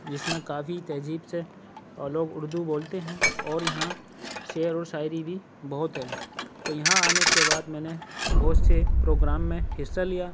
جس میں کافی تہذیب سے اور لوگ اُردو بولتے ہیں اور یہاں شعر اور شاعری بھی بہت ہے تو یہاں آنے کے بعد میں نے بہت سے پروگرام میں حصّہ لیا